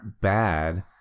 bad